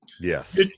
Yes